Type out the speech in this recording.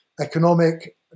economic